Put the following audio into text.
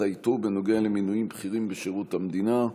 האיתור בנוגע למינויים בכירים בשירות המדינה.